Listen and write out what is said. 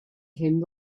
came